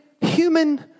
human